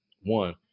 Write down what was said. One